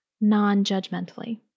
non-judgmentally